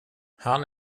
han